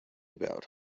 about